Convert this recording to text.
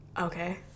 Okay